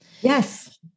Yes